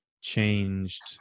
changed